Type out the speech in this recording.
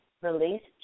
released